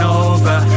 over